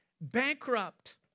bankrupt